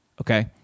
okay